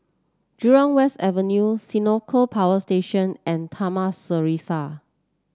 Jurong West Avenue Senoko Power Station and Taman Serasi